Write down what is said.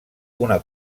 una